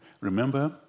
Remember